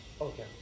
Okay